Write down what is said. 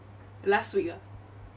last week ah